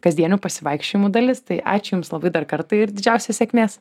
kasdienių pasivaikščiojimų dalis tai ačiū jums labai dar kartą ir didžiausios sėkmės